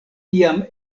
iam